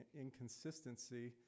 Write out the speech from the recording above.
inconsistency